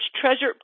Treasure